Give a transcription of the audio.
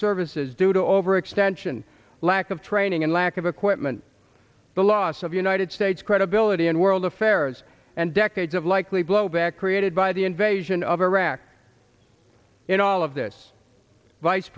services due to overextension lack of training and lack of equipment the loss of united states credibility in world affairs and the decades of likely blowback created by the invasion of iraq in all of this vice